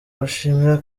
bashimira